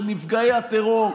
של נפגעי הטרור,